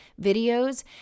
videos